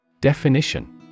Definition